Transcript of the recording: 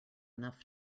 enough